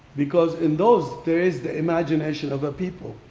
because in those days, the imagination of a people.